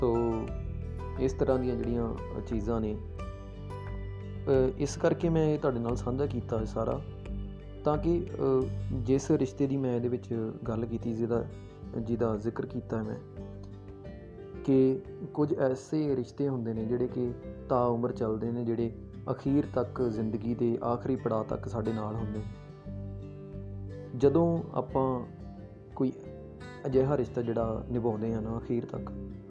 ਤੋ ਇਸ ਤਰ੍ਹਾਂ ਦੀਆਂ ਜਿਹੜੀਆਂ ਚੀਜ਼ਾਂ ਨੇ, ਅਹ ਇਸ ਕਰਕੇ ਮੈਂ ਇਹ ਤੁਹਾਡੇ ਨਾਲ ਸਾਂਝਾ ਕੀਤਾ ਇਹ ਸਾਰਾ, ਤਾਂ ਕਿ, ਅਹ ਜਿਸ ਰਿਸ਼ਤੇ ਦੀ ਮੈਂ ਇਹਦੇ ਵਿੱਚ ਗੱਲ ਕੀਤੀ, ਜਿਹਦਾ- ਜਿਹਦਾ ਜ਼ਿਕਰ ਕੀਤਾ ਮੈਂ, ਕਿ ਕੁਝ ਐਸੇ ਰਿਸ਼ਤੇ ਹੁੰਦੇ ਨੇ ਜਿਹੜੇ ਕਿ ਤਾਂ ਉਮਰ ਚੱਲਦੇ ਨੇ, ਜਿਹੜੇ ਅਖੀਰ ਤੱਕ ਜ਼ਿੰਦਗੀ ਦੇ ਆਖਰੀ ਪੜਾਅ ਤੱਕ ਸਾਡੇ ਨਾਲ ਹੁੰਦੇ ਨੇ। ਜਦੋਂ ਆਪਾਂ ਕੋਈ ਅਜਿਹਾ ਰਿਸ਼ਤਾ ਜਿਹੜਾ ਨਿਭਾਉਂਦੇ ਆ ਨਾ ਅਖੀਰ ਤੱਕ,